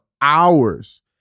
hours